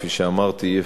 כפי שאמרתי,